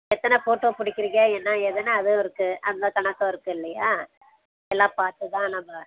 எத்தனை ஃபோட்டோ பிடிக்குறிங்க என்ன ஏதுன்னு அதுவும் இருக்குது அதுமாதிரி கணக்கும் இருக்குது இல்லையா எல்லாம் பார்த்து தான் நம்ம